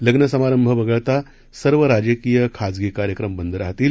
लग्नसमारंभ वगळता सर्व राजकीय खाजगी कार्यक्रम बंद राहतील